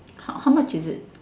how how much is it